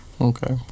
Okay